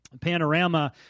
panorama